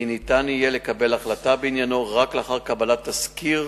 כי ניתן יהיה לקבל החלטה בעניינו רק לאחר קבלת תסקיר